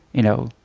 you know,